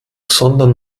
sondern